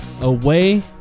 away